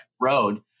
road